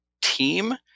team